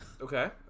Okay